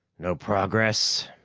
no progress?